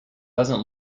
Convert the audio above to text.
doesn’t